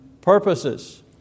purposes